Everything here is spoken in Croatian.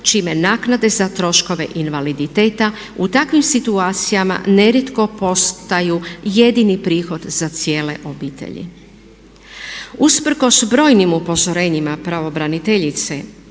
čime naknade za troškove invaliditeta u takvim situacijama nerijetko postaju jedini prihod za cijele obitelji. Usprkos brojnim upozorenjima pravobraniteljice